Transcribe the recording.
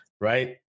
right